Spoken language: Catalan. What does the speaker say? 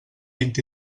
vint